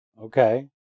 Okay